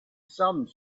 some